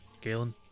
Galen